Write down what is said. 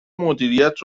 مدیریت